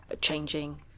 changing